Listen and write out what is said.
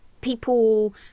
people